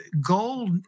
gold